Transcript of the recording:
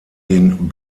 den